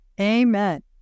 Amen